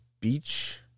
beach